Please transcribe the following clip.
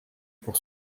pour